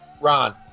ron